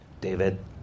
David